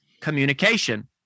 communication